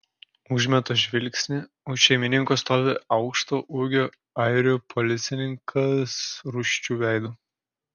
užmetu žvilgsnį už šeimininko stovi aukšto ūgio airių policininkas rūsčiu veidu